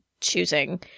choosing